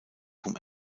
vom